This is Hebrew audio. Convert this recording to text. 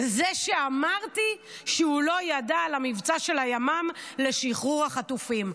זה שאמרתי שהוא לא ידע על המבצע של הימ"מ לשחרור החטופים.